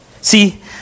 See